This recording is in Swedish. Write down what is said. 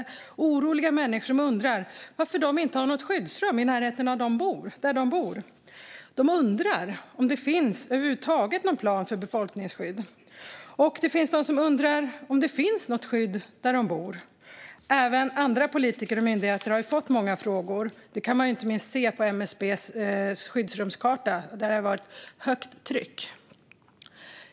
Det är oroliga människor som undrar varför de inte har något skyddsrum i närheten där de bor. De undrar om det över huvud taget finns någon plan för befolkningsskydd. Och så finns det de som undrar om det finns något skydd där de bor. Även andra politiker och myndigheter har fått många frågor. Detta kan man se inte minst när det gäller MSB:s skyddsrumskarta, som har haft ett högt tryck.